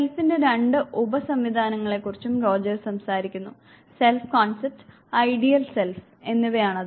സെൽഫിന്റെ രണ്ട് ഉപ സംവിധാനങ്ങളെക്കുറിച്ചും റോജേഴ്സ് സംസാരിക്കുന്നു സെൽഫ് കോൺസെപ്റ്റ് ഐഡിയൽ സെൽഫ് എന്നിവയാണത്